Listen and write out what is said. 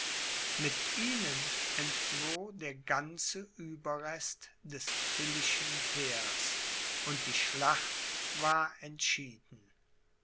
mit ihnen entfloh der ganze ueberrest des tilly'schen heers und die schlacht war entschieden